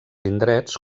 indrets